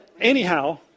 Anyhow